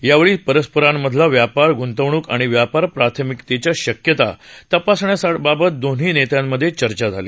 यावेळी परस्परांमधला व्यापार गुंतवणूक आणि व्यापार प्राथमिकतेच्या शक्यता तपासण्याबाबत दोन्ही नेत्यांमधे चर्चा झाली